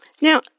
Now